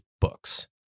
books